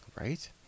Right